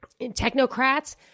technocrats